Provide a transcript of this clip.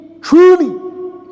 truly